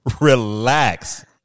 Relax